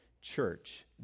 church